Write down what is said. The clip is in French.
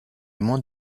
monde